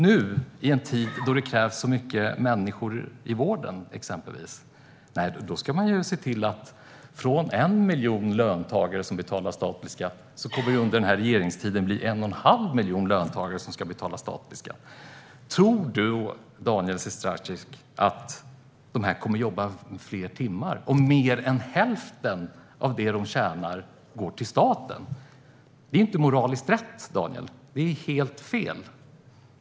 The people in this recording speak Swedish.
När det nu krävs många människor i vården, exempelvis, tänker man se till att under denna regeringstid gå från 1 miljon till 1 1⁄2 miljon löntagare som betalar statlig skatt. Tror Daniel Sestrajcic att dessa människor kommer att jobba fler timmar om mer än hälften av det de tjänar går till staten? Det är inte moraliskt rätt, Daniel. Det är helt fel.